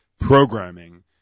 programming